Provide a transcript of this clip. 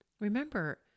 Remember